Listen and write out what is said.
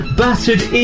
battered